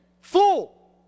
fool